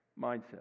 mindset